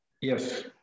Yes